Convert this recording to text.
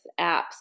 apps